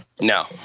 No